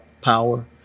power